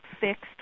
fixed